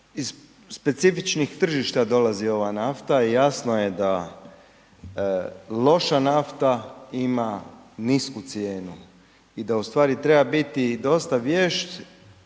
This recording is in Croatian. iz specifičnih tržišta dolazi ova nafta i jasno je da loša nafta ima nisku cijenu. I da u stvari treba biti i dosta vješt